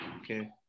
Okay